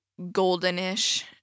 goldenish